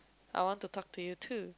I want to talk to you too